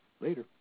later